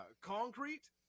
concrete